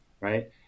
right